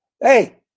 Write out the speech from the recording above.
Hey